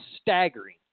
Staggering